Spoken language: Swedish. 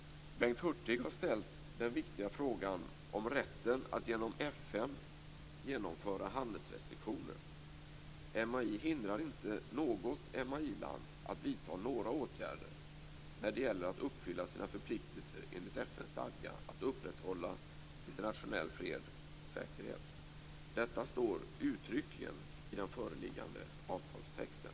Bengt Hurtig har ställt den viktiga frågan om rätten att genom FN genomföra handelsrestriktioner. MAI hindrar inte något MAI-land att vidta några åtgärder när det gäller att uppfylla sina förpliktelser enligt FN:s stadga om att upprätthålla internationell fred och säkerhet. Detta står uttryckligen i den föreliggande avtalstexten.